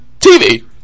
TV